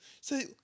Say